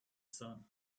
sun